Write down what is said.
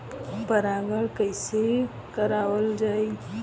परागण कइसे करावल जाई?